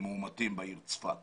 מאומתים בעיר צפת